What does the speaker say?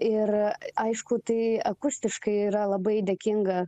ir aišku tai akustiškai yra labai dėkinga